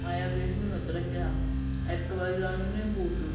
आया किश नी ओत्त ढंगा दा इक बारी लाने कन्नै बूट त्रुट्टी गे